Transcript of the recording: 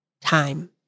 time